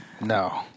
no